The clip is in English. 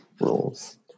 rules